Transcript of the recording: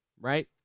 Right